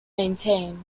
maintain